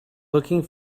looking